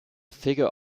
figure